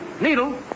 Needle